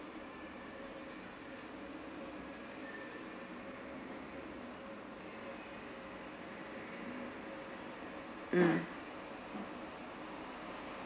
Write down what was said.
mm